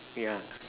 yeah